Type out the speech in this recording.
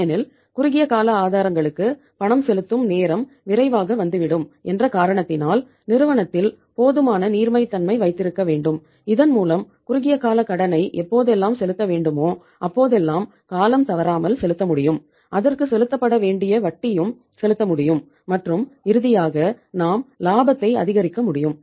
ஏனெனில் குறுகிய கால ஆதாரங்களுக்கு பணம் செலுத்தும் நேரம் விரைவாக வந்துவிடும் என்ற காரணத்தினால் நிறுவனத்தில் போதுமான நீர்மைத்தன்மை வைத்திருக்க வேண்டும் இதன்மூலம் குறுகிய கால கடனை எப்போதெல்லாம் செலுத்த வேண்டுமோ அப்போதெல்லாம் காலம் தவறாமல் செலுத்த முடியும் அதற்கு செலுத்தப்பட வேண்டிய வட்டியும் செலுத்த முடியும் மற்றும் இறுதியாக நாம் லாபத்தை அதிகரிக்க முடியும்